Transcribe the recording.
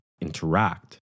interact